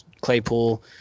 Claypool